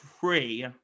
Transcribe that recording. free